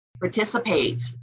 Participate